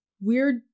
weird